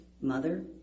mother